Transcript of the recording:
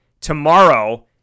Tomorrow